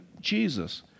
Jesus